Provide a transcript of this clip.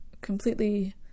Completely